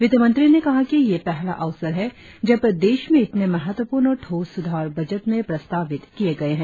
वित्त मंत्री ने कहा कि यह पहला अवसर है जब देश में इतने महत्वपूर्ण और ठोस सुधार बजट में प्रस्तावित किए गए है